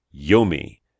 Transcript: Yomi